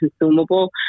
consumable